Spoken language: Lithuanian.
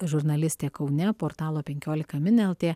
žurnalistė kaune portalo penkiolika min lt